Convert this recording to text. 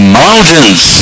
mountains